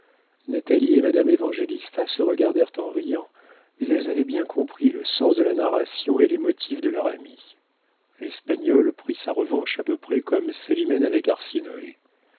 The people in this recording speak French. natalie et madame évangélista se regardèrent en riant mais elles avaient bien compris le sens de la narration et les motifs de leur amie l'espagnole prit sa revanche à peu près comme célimène avec